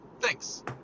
Thanks